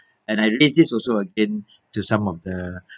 and I raise this also again to some of the